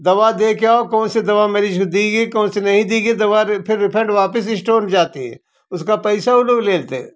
दवा देके आओ कौन सी दवा मरीज को दी गई कौन सी नही दी गई दवा फिर रेफेंड फिर वापस स्टोर जाती है उसका पैसा वो लोग ले लेते हैं